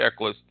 Checklist